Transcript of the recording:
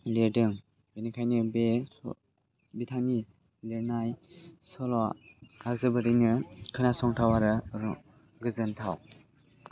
लिरदों बेनिखायनो बे स' बिथांनि लिरनाय सल'आ जोबोरैनो खोनासंथाव आरो रं गोजोनथाव